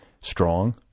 strong